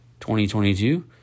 2022